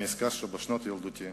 אני נזכר שבשנות ילדותי